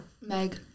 Meg